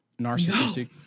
narcissistic